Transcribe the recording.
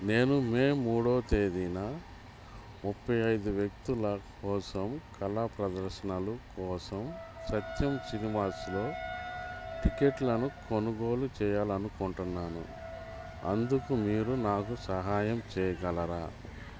నేను మే మూడవ తేదీన ముప్పై ఐదు వ్యక్తుల కోసం కళా ప్రదర్శనలు కోసం సత్యం సినిమాస్లో టిక్కెట్లను కొనుగోలు చేయాలనుకుంటున్నాను అందుకు మీరు నాకు సహాయం చేయగలరా